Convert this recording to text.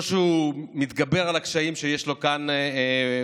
או שהוא מתגבר על הקשיים שיש לו כאן בארץ,